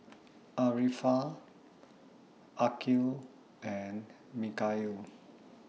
Arifa Aqil and Mikhail